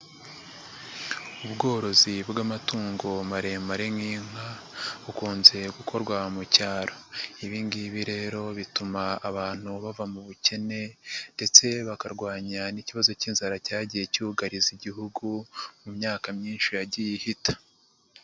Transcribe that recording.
Ubworozi bw'amatungo maremare nk'inka bukunze gukorwa mu cyaro, ibi ngibi rero bituma abantu bava mu bukene ndetse bakarwanya n'ikibazo cy'inzara cyagiye cyugariza igihugu mu myaka myinshi yagiye ihita.